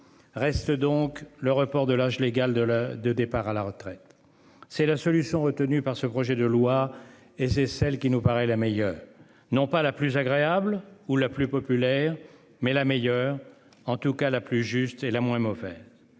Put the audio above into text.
Reste donc le report de l'âge légal de la de départ à la retraite. C'est la solution retenue par ce projet de loi et c'est celle qui nous paraît la meilleure non pas la plus agréable ou la plus populaire mais la meilleure, en tout cas la plus juste et la moins mauvaise.